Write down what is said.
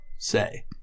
Say